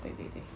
对对对